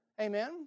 Amen